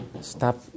Stop